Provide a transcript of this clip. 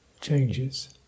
changes